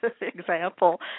example